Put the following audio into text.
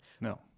No